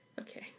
Okay